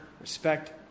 respect